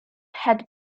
had